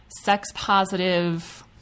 sex-positive